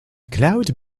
cloud